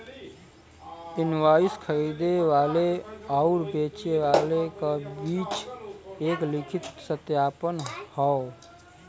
invoice खरीदे वाले आउर बेचे वाले क बीच एक लिखित सत्यापन हौ